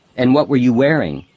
and what were you wearing?